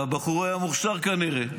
והבחור היה כנראה מוכשר,